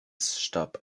starb